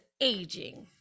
aging